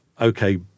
Okay